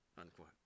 unquote